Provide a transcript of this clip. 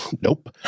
Nope